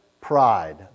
pride